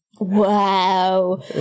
Wow